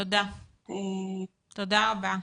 תודה רבה.